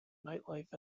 nightlife